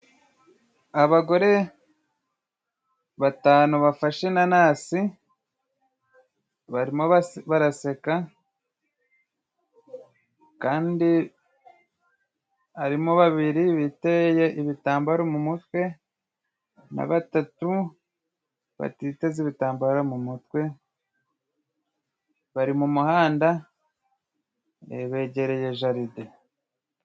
Abagore batanu bafashe inanasi, barimo baraseka. Kandi harimo babiri biteze ibitambaro mu mutwe na batatu batiteze ibitambaro mu mutwe. Bari mu muhanda begereye jaride.